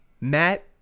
Matt